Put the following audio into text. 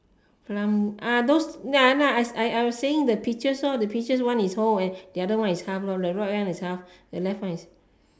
plum ah those ya lah I was saying the peaches the peaches one is whole and the other one is half lor the right one is half the left one is